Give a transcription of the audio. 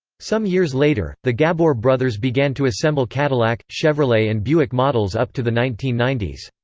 some years later, the ghabbour brothers began to assemble cadillac, chevrolet and buick models up to the nineteen ninety s.